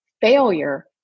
Failure